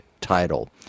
title